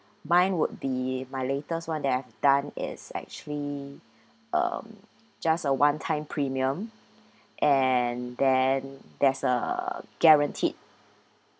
mine would be my latest [one] that I've done is actually um just a one time premium and then there's a guaranteed